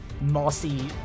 mossy